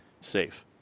safe